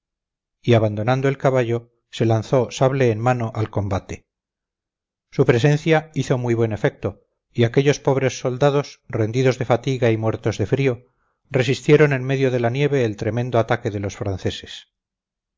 y abandonando el caballo se lanzó sable en mano al combate su presencia hizo muy buen efecto y aquellos pobres soldados rendidos de fatiga y muertos de frío resistieron en medio de la nieve el tremendo ataque de los franceses